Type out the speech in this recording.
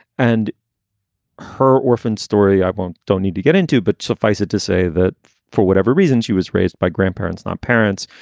and her orphan story i don't need to get into. but suffice it to say that for whatever reasons, she was raised by grandparents, not parents.